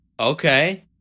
Okay